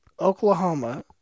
Oklahoma